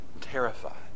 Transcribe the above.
terrified